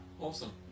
Awesome